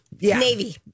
Navy